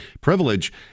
privilege